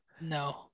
No